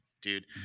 dude